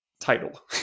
title